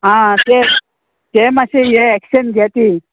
आं ते ते मातशें हें एक्शेन घे ती